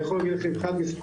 אני יכול להגיד לכם כאן מספרים.